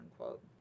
unquote